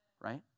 right